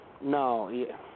No